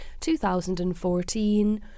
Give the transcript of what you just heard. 2014